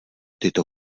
tyto